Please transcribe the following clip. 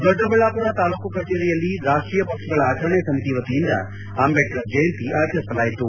ದೊಡ್ಡಬಳ್ಳಾಪುರ ತಾಲ್ಲೂಕು ಕಛೇರಿಯಲ್ಲಿ ರಾಷ್ಷೀಯ ಪಕ್ಷಗಳ ಆಚರಣ ಸಮಿತಿ ವತಿಯಿಂದ ಅಂಬೇಡ್ಕರ್ ಜಯಂತಿ ಆಚರಿಸಿಲಾಯಿತು